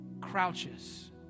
crouches